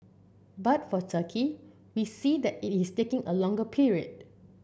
but for Turkey we see that it is taking a longer period